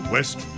West